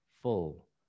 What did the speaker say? full